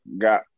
got